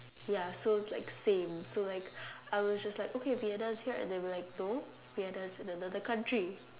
ya so like same so like I was just like okay Vienna is here and they were like no Vienna is in another country